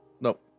Nope